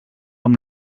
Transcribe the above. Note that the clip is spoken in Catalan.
amb